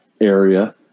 area